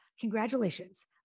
Congratulations